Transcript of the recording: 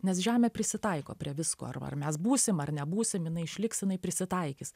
nes žemė prisitaiko prie visko ar ar mes būsim ar nebūsim jinai išliks jinai prisitaikys